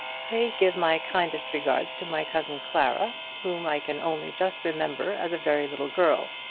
pray give my kindest regards to my cousin clara, whom i can only just remember as a very little girl.